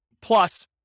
plus